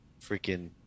freaking